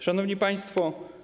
Szanowni Państwo!